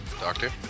Doctor